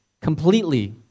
completely